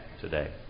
today